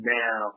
now